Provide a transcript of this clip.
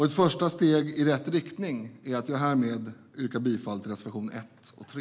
Ett första steg i rätt riktning är att jag härmed yrkar bifall till reservation 1 och 3.